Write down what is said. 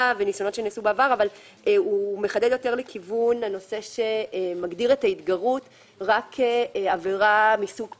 ובנוסף הוא מחדד את הגדרת ההתגרות רק כעבירה מסוג פשע.